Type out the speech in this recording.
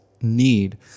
need